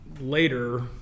later